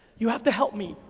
you have to help me.